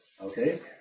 Okay